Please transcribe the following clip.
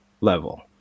level